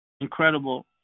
Incredible